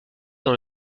dans